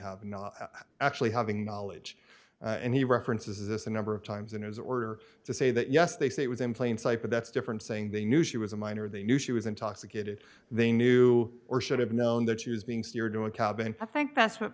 actually actually having knowledge and he references this a number of times in his order to say that yes they say it was in plain sight but that's different saying they knew she was a minor they knew she was intoxicated they knew or should have known that she was being so you're doing cabin i think that's what